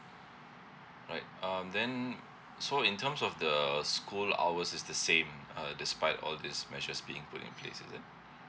all right um then so in terms of the school hours it's the same uh despite all these measures being put in place is it